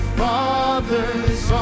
father's